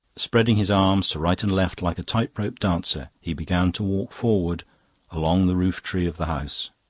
spreading his arms to right and left, like a tight-rope dancer, he began to walk forward along the roof-tree of the house.